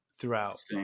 throughout